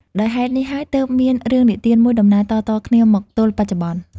ដោយហេតុនេះហើយទើបមានរឿងនិទានមួយដំណាលតៗគ្នា មកទល់បច្ចុប្បន្ន ។